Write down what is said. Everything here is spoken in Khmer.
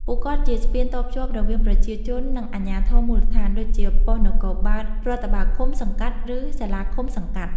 ពួកគាត់ជាស្ពានតភ្ជាប់រវាងប្រជាជន និងអាជ្ញាធរមូលដ្ឋាន ដូចជាប៉ុស្តិ៍នគរបាលរដ្ឋបាលឃុំ/សង្កាត់ ឬសាលាឃុំ/សង្កាត់។